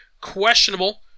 Questionable